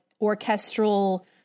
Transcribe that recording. orchestral